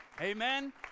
Amen